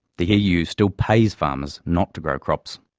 the eu still pays farmers not to grow crops,